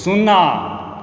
सुन्ना